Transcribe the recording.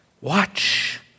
watch